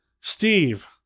Steve